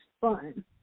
fun